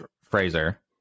Fraser